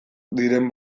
diren